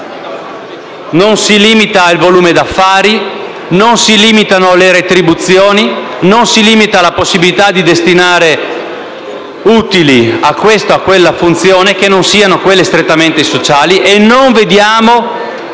non si limita il volume d'affari, non si limitano le retribuzioni, non si limita la possibilità di destinare utili a questa o quella funzione che non siano quelle strettamente sociali e non vediamo